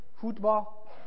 Football